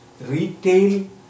retail